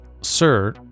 sir